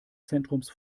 zentrums